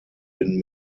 bin